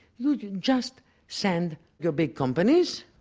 you just send your big companies.